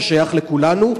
ששייך לכולנו.